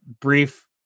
brief